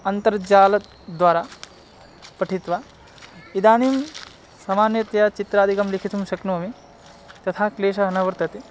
अन्तर्जालद्वारा पठित्वा इदानीं समान्यतया चित्रादिकं लिखितुं शक्नोमि तथा क्लेशः न वर्तते